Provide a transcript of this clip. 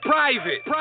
Private